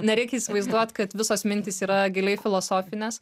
nereik įsivaizduot kad visos mintys yra giliai filosofinės